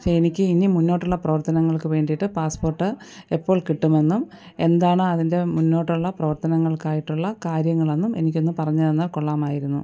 പക്ഷേ എനിക്ക് ഇനി മുന്നോട്ടുള്ള പ്രവർത്തനങ്ങൾക്ക് വേണ്ടിയിട്ട് പാസ്പ്പോട്ട് എപ്പോൾ കിട്ടുമെന്നും എന്താണ് അതിൻ്റെ മുന്നോട്ടുള്ള പ്രവർത്തനങ്ങൾക്കായിട്ടുള്ള കാര്യങ്ങളെന്നും എനിക്കൊന്ന് പറഞ്ഞ് തന്നാൽ കൊള്ളാമായിരുന്നു